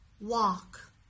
Walk